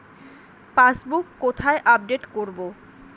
Passbook কোথায় update করব?